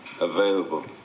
available